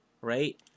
right